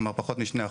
כלומר, פחות מ-2%,